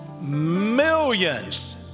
millions